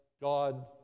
God